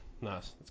Nice